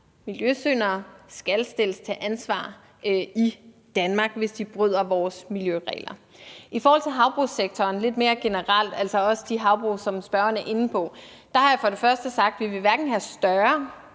Miljøsyndere skal stilles til ansvar i Danmark, hvis de bryder vores miljøregler. I forhold til havbrugssektoren lidt mere generelt, altså også de havbrug, som spørgeren er inde på, har jeg for det første sagt, at vi hverken vil have større